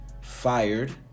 fired